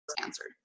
answered